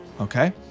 okay